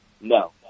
No